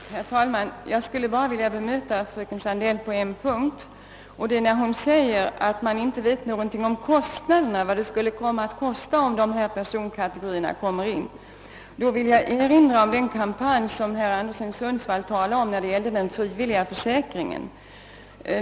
Herr talman! Jag skulle bara vilja bemöta fröken Sandell på en punkt. Då hon säger att man inte vet någonting om eventuella kostnader ifall de här ak tuella grupperna inkluderas i sjukförsäkringen vill jag erinra om den kampanj beträffande den frivilliga försäkringen som herr Anderson i Sundsvall talade om.